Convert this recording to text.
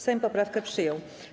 Sejm poprawkę przyjął.